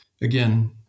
again